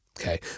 Okay